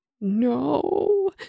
No